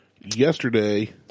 Yesterday